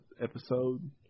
episode